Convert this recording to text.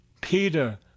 peter